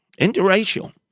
interracial